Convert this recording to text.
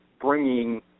bringing